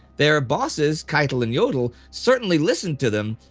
their bosses, keitel and jodl, certainly listened to them,